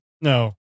No